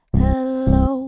hello